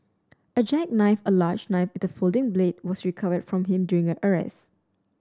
a jackknife a large knife with a folding blade was recovered from him during a arrest